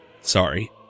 Sorry